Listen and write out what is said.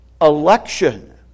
election